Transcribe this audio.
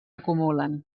acumulen